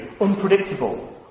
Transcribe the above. Unpredictable